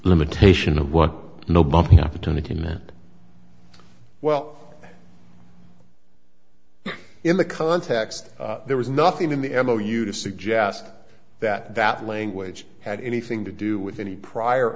limitation of what no bumping opportunity meant well in the context there was nothing in the end all you to suggest that that language had anything to do with any prior